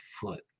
foot